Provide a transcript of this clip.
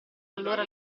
allora